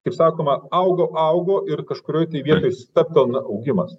kaip sakoma augo augo ir kažkurioj vietoj stabtelna augimas